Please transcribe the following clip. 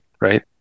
Right